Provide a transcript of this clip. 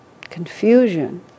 confusion